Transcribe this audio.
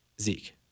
Zeke